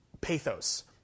pathos